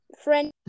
friend